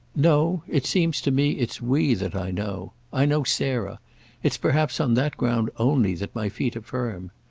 no it seems to me it's we that i know. i know sarah it's perhaps on that ground only that my feet are firm.